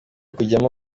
kujyamo